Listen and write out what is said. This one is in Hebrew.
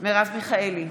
מרב מיכאלי,